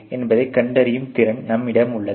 என்பதைக் கண்டறியும் திறன் நம்மிடம் உள்ளது